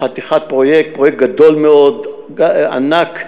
חתיכת פרויקט, פרויקט גדול מאוד, ענק,